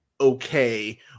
okay